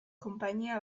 konpainia